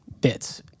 bits